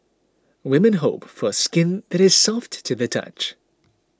women hope for skin that is soft to the touch